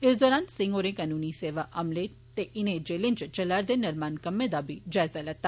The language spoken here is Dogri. इस दरान संह होरें कनूनी सेवा अमला ते इनें जेलें च चला'रदे निर्माण कम्में दा बी जायजा लैता